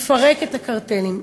יפרק את הקרטלים,